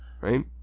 right